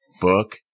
book